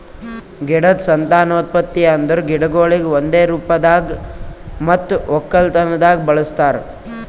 ಗಿಡದ್ ಸಂತಾನೋತ್ಪತ್ತಿ ಅಂದುರ್ ಗಿಡಗೊಳಿಗ್ ಒಂದೆ ರೂಪದಾಗ್ ಮತ್ತ ಒಕ್ಕಲತನದಾಗ್ ಬಳಸ್ತಾರ್